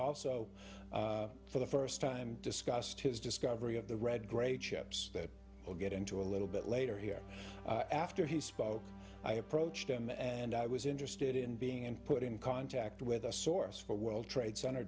also for the first time discussed his discovery of the red grape chips that will get into a little bit later here after he spoke i approached him and i was interested in being put in contact with a source for world ra